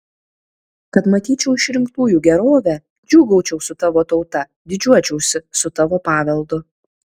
kad matyčiau išrinktųjų gerovę džiūgaučiau su tavo tauta didžiuočiausi su tavo paveldu